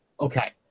Okay